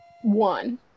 one